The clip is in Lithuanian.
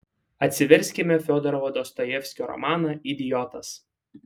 atsiverskime fiodoro dostojevskio romaną idiotas